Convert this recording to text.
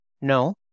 no